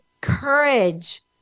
courage